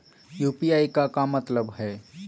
UPI के का मतलब हई?